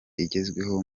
igezweho